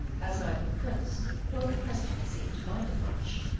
as neither the prince nor the president seemed to mind it much.